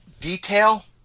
detail